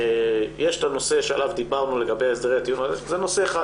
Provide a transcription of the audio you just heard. שיש את הנושא עליו דיברנו לגבי הסדרי הטיעון וזה נושא אחד.